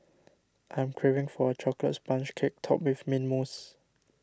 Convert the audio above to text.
I am craving for a Chocolate Sponge Cake Topped with Mint Mousse